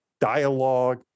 dialogue